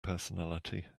personality